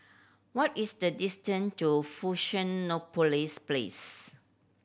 what is the distance to Fusionopolis Place